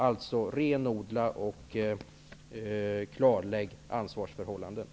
Alltså: Klarlägg och renodla ansvarsförhållandena!